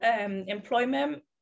employment